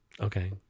Okay